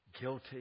Guilty